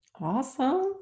Awesome